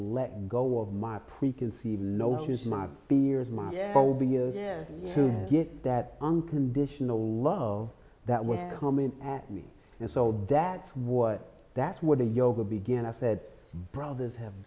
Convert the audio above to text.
let go of my preconceived notions my peers my phobia get that unconditional love that were coming at me and so that's what that's what the yoga began i said brothers have